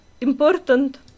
important